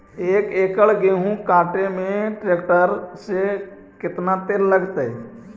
एक एकड़ गेहूं काटे में टरेकटर से केतना तेल लगतइ?